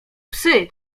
psy